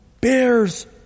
bears